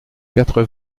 quatre